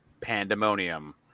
Pandemonium